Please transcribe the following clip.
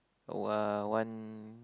uh one